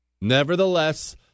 Nevertheless